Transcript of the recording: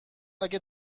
اگه